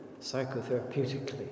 psychotherapeutically